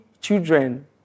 children